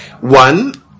One